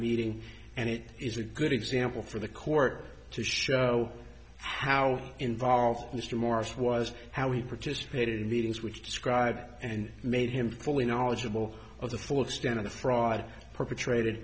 meeting and it is a good example for the court to show how involved mr morris was how he participated in the things which described and made him fully knowledgeable of the full extent of the fraud perpetrated